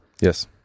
yes